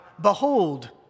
behold